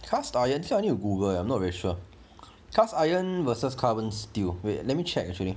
cast iron I need to Google eh I'm not very sure cast iron versus carbon steel wait let me check actually